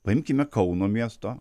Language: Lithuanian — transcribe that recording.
paimkime kauno miesto